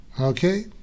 Okay